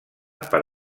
per